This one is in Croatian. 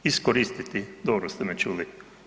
Iskoristiti, dobro ste me čuli.